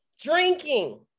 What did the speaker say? drinking